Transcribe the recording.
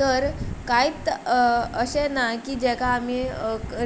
तर कांयत अशें ना की जेका आमी